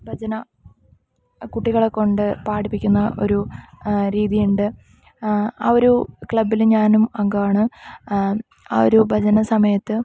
ഭജന കുട്ടികളെ കൊണ്ട് പാടിപ്പിക്കുന്ന ഒരു രീതിയുണ്ട് ഒരു ക്ലബ്ബിൽ ഞാനും അംഗമാണ് ഒരു ഭജന സമയത്ത്